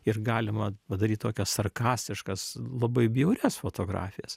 ir galima padaryt tokias sarkastiškas labai bjaurias fotografijas